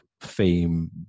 fame